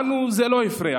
לנו זה לא הפריע.